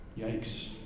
Yikes